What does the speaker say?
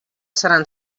seran